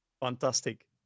Fantastic